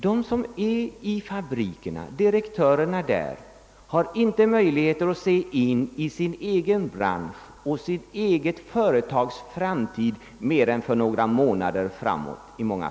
Direktörerna för fabrikerna kan i många fall inte se in i sin egen branschs och sitt eget företags framtid mer än för någon månad framåt.